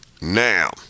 now